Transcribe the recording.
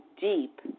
deep